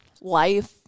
life